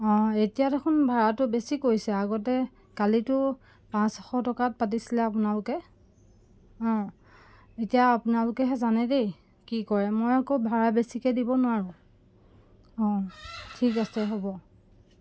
অঁ এতিয়া দেখোন ভাড়াটো বেছি কৈছে আগতে কালিতো পাঁচশ টকাত পাতিছিলে আপোনালোকে অঁ এতিয়া আপোনালোকেহে জানে দেই কি কৰে মই আকৌ ভাড়া বেছিকৈ দিব নোৱাৰোঁ অঁ ঠিক আছে হ'ব